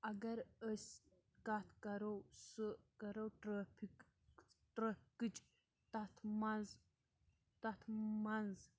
اگر أسۍ کَتھ کَرو سُہ کَرو ٹرٛیٚفِک ٹرٛٲفکٕچ تَتھ منٛز تَتھ منٛز